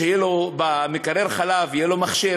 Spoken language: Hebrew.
שיהיה לו חלב במקרר, שיהיה לו מחשב,